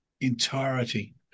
entirety